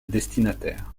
destinataire